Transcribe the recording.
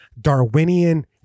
darwinian